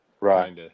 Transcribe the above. Right